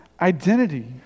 identity